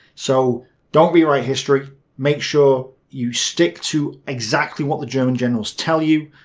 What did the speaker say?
so don't rewrite history, make sure you stick to exactly what the german generals tell you.